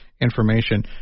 information